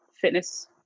fitness